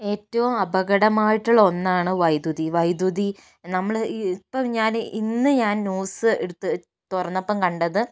ഏറ്റവും അപകടമായിട്ടുള്ള ഒന്നാണ് വൈദ്യുതി വൈദ്യുതി നമ്മള് ഇപ്പോൾ ഞാന് ഇന്ന് ഞാന് ന്യൂസ് എടുത്ത് തുറന്നപ്പോൾ കണ്ടത്